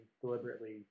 deliberately